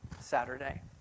Saturday